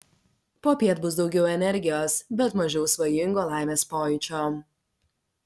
popiet bus daugiau energijos bet mažiau svajingo laimės pojūčio